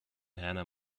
hannah